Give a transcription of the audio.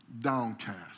downcast